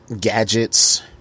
gadgets